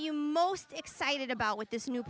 you most excited about with this new